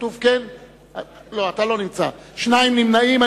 ושני נמנעים.